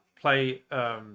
play